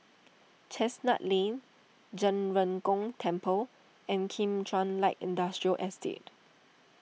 Chestnut Lane Zhen Ren Gong Temple and Kim Chuan Light Industrial Estate